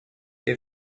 they